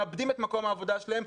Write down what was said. מאבדים את מקום העבודה שלהם,